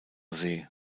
see